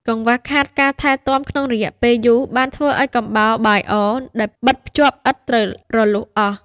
កង្វះខាតការថែទាំក្នុងរយៈពេលយូរ បានធ្វើឱ្យកំបោរបាយអដែលបិទភ្ជាប់ឥដ្ឋត្រូវរលុះអស់។